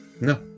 No